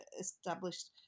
established